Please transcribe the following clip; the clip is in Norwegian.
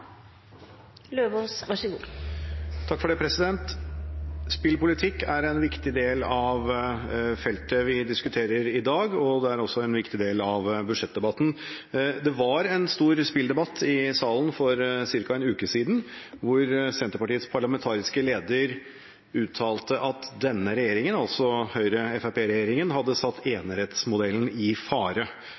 også en viktig del av budsjettdebatten. Det var en stor spilldebatt i salen for ca. en uke siden, der Senterpartiets parlamentariske leder uttalte at denne regjeringen, altså Høyre–Fremskrittsparti-regjeringen, hadde satt enerettsmodellen i fare.